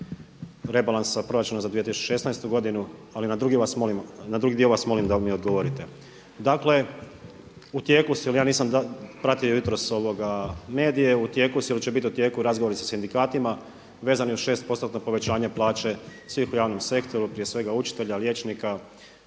rebalansa proračuna za 2016. godinu ali na drugi dio vas molimo da mi odgovorite. Dakle, u tijeku su, jer ja nisam pratio jutros medije, u tijeku su ili će biti u tijeku razgovori sa sindikatima vezani uz 6%tno povećanje plaće svih u javnom sektoru prije svega učitelja, liječnika,